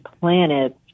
planets